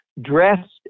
dressed